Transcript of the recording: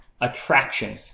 attraction